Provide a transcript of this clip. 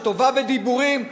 שטובה בדיבורים,